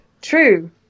True